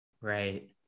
Right